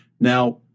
Now